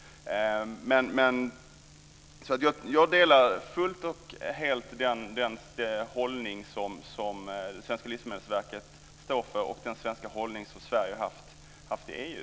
Jag delar helt och fullt den hållning som Statens livsmedelsverk står för och den hållning som Sverige har haft i EU.